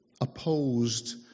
opposed